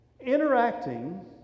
Interacting